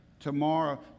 Tomorrow